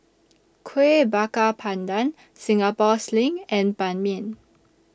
Kuih Bakar Pandan Singapore Sling and Ban Mian